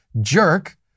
jerk